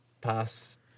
pass